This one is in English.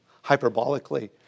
hyperbolically